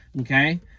okay